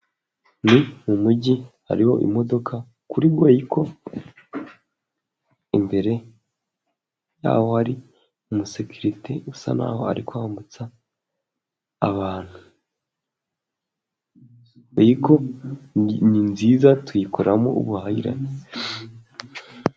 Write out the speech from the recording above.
Ni umujyi hariho imodoka, kuri Goyiko, imbere yaho hari umusekirite usa naho ari kwambutsa abantu. Goyiko ni nziza tuyikoreramo ubuhahirane.